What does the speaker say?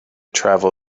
travel